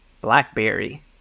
Blackberry